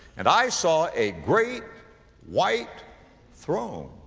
and i saw a great white throne,